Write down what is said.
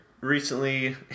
Recently